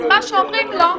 אז מה שאומרים לו,